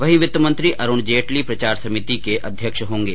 वहीं वित्तमंत्री अरुण जेटली प्रचार समिति के अध्यक्ष होंगे